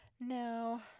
No